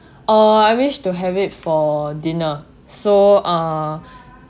uh I wish to have it for dinner so uh